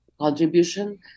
contribution